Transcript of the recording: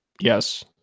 Yes